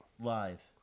live